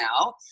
now